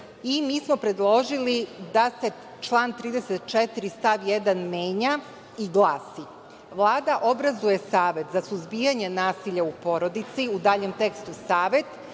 I, mi smo predložili da se član 34. stav 1. menja i glasi – Vlada obrazuje Savet za suzbijanje nasilja u porodici, u daljem tekstu Savet,